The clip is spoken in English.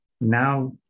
now